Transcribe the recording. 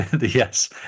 Yes